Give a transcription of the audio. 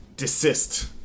Desist